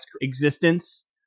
existence